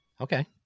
okay